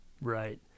right